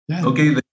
Okay